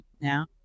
now